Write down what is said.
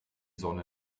sonne